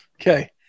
Okay